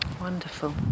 Wonderful